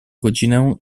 godzinę